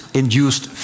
induced